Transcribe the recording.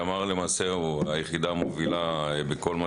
הימ"ר למעשה היא היחידה המובילה בכל מה